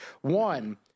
One